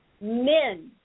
men